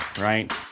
Right